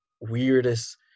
weirdest